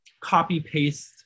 copy-paste